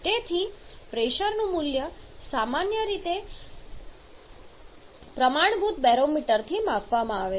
તેથી પ્રેશરનું મૂલ્ય સામાન્ય રીતે પ્રમાણભૂત બેરોમીટરથી મેળવવામાં આવે છે